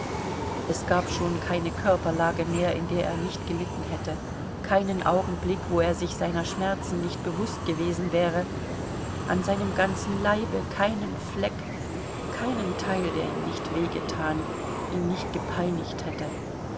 es gab schon keine körperlage mehr in der er nicht gelitten hätte keinen augenblick wo er sich seiner schmerzen nicht bewußt gewesen wäre an seinem ganzen leibe keinen fleck keinen teil der ihm nicht weh getan ihn nicht gepeinigt hätte